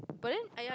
but then I I